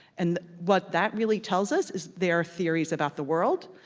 and what that really tells us is their theories about the world.